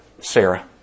Sarah